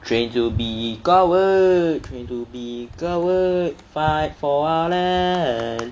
train to be coward train to be coward fight for our land